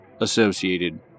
associated